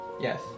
Yes